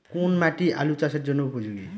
কোন মাটি আলু চাষের জন্যে উপযোগী?